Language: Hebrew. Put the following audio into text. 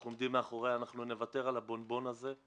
אנחנו נוותר על הבונבון הזה,